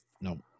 no